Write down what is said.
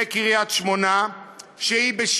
בקריית-שמונה, שהיא,